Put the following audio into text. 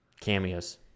Cameos